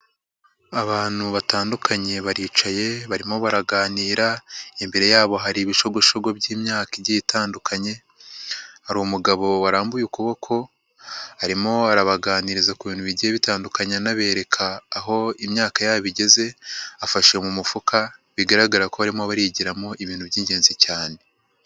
Abantu batandukanye baricaye, barimo baraganira, imbere yabo hari ibishogoshogo by'imyaka igiye itandukanye, hari umugabo warambuye ukuboko arimo arabaganiriza ku bintu bigiye bitandukanye, anabereka aho imyaka yabo igeze, afashe mu mufuka, bigaragara ko barimo barigiramo ibintu by'ingenzi cyane.